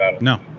No